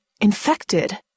infected